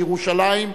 לירושלים,